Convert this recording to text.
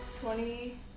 twenty